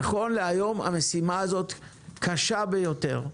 נכון להיום המשימה הזאת קשה ביותר.